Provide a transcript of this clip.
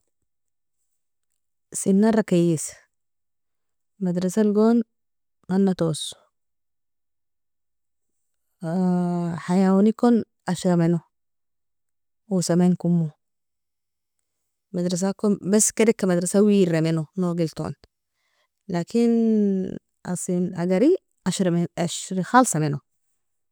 Senara kiies, madrsalgon mana toso hayaonikon ashrameno osamenkomo madrsakon, bas kedeka madrsa werameno nogelton lakin asen agari ashri khalsameno.